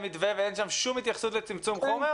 מתווה ואין שם שום התייחסות לצמצום חומר?